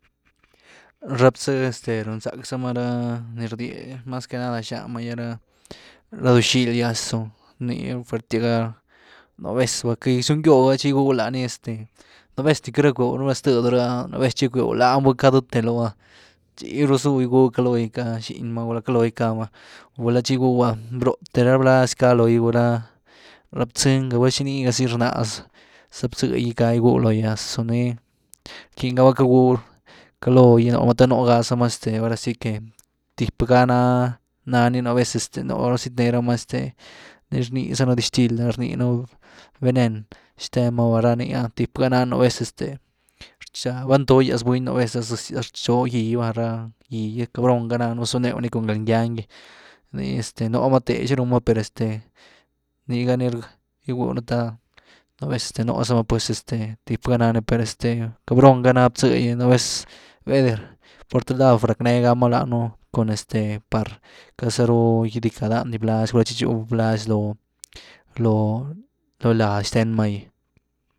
Ra bzëh este riunzáck za rama ra, ni rnii, mas que nada xaan ma gira duuxily gy ah zun ny fuertyas ga, nú vez val queity gyzwn gýoo ah txi gygwëew lanii este, nú vez ni queity rack bew txi tëedyw rëeh ah, txy gackbew lany vali cáh dëete loo ah, txi ru zuu gygwëew caloo gy cáh ra xiny ma guulá caloo gy cáh ma, gulá txi gygwëew ah ro’h te ra blazy caa loogy gulá, gulá btzëeng gulá xinii gahzy rnázah bzëh gy cáa loogy, ¡azu!, ny rckingaa va cagwyw caloo gy nuuma te nugaa ma este ahora si que tip ga na nani nú vez este nú sitnee rama este ni rny zanu dixtil rninu venen xten’ma ranii ah tip ga nany nú vez este, bal toogýaz buny nú vez ah zëzyaz rchoo gýh va rá gýh gy cabrón ga ná zuneew ni cun galngýaan gy, nii este núma teh xi rnumá per este ni ga ni gigwynu të nú vez nu zama pues este tip ga nani pues este cabron ga ná bzëh gy nú vez, bayde pur të lad racknee gama danëen cun este par queity zaru gycaa dan di blazy gyulá tchi txú blazy lo lady xtenma gy.